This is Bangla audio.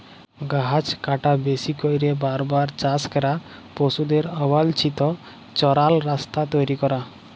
গাহাচ কাটা, বেশি ক্যইরে বার বার চাষ ক্যরা, পশুদের অবাল্ছিত চরাল, রাস্তা তৈরি ক্যরা